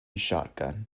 shotgun